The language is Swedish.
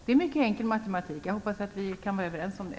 Det är alltså mycket enkel matematik. Jag hoppas att vi kan vara överens om det.